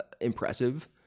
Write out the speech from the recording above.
impressive